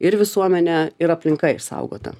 ir visuomenė ir aplinka išsaugota